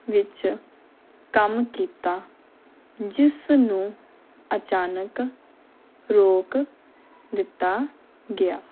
ਵਿੱਚ ਕੰਮ ਕੀਤਾ ਜਿਸ ਨੂੰ ਅਚਾਨਕ ਰੋਕ ਦਿੱਤਾ ਗਿਆ